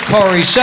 Corey